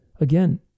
again